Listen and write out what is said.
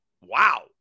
Wow